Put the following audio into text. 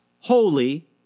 holy